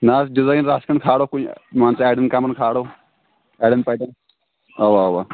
نہَ حظ ڈِزایِن رَژھ کھنٛڈ کھارو کُنہِ مان ژٕ اَڈٮ۪ن کَمرن کھارو اَڑٮ۪ن پَٹٮ۪ن اَوا اَوا